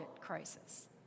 crisis